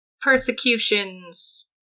persecutions